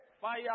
Fire